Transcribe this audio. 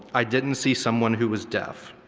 i didn't see someone who was deaf.